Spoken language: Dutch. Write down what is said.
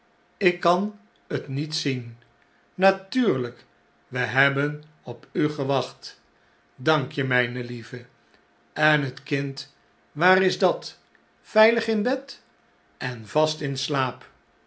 ik kanftniet zien b natuurlijk we hebben op u gewacht dank j mijne lieve en het kind waar is dat veilig in bed s en vast in slaap